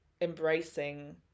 embracing